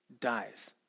dies